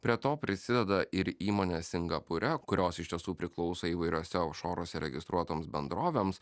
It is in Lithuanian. prie to prisideda ir įmonės singapūre kurios iš tiesų priklauso įvairiose ofšoruose registruotoms bendrovėms